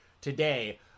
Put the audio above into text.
today